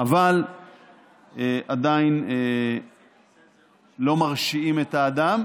אבל עדיין לא מרשיעים את האדם.